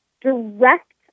direct